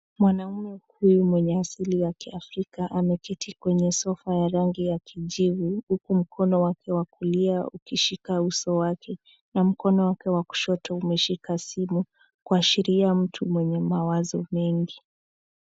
Mwanaume huyu mwenye asili ya kiafrika ameketi kwenye sofa ya rangi ya kijivu huku mkono wake wa kulia ukishika uso wake na mkono wake wa kushoto umeshika simu kuashiria mtu mwenye mawazo mengi.